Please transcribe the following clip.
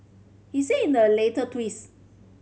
he said in a later tweets